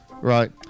right